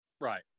Right